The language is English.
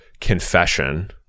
confession